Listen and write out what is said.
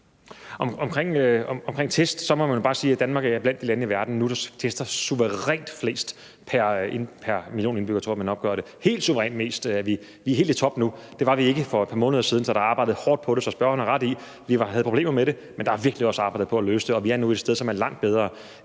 Omkring test må man bare sige, at Danmark nu er blandt de lande, der tester suverænt flest pr. million indbyggere – sådan tror jeg man opgør det – helt suverænt mest. Vi er helt i top nu. Det var vi ikke for et par måneder siden, så der er arbejdet hårdt på det. Så spørgeren har ret i, at vi havde problemer med det, men der er virkelig også arbejdet på at løse det, og vi er nu et sted, som er langt bedre,